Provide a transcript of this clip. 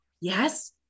yes